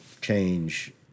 change